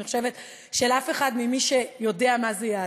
אני חושבת של אף אחד ממי שיודע מה זאת יהדות.